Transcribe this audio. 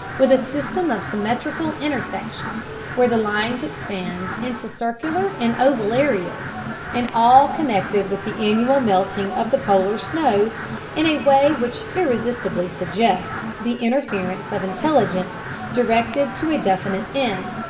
with a system of symmetrical intersections where the lines expand into circular and oval areas and all connected with the annual melting of the polar snows in a way which irresistibly suggests the interference of intelligence directed to a definite end.